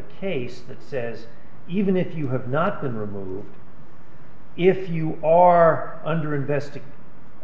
a case that says even if you have not been removed if you are under invested